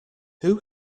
who